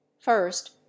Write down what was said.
first